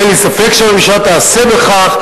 ואין לי ספק שהממשלה תעשה כך,